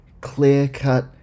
Clear-cut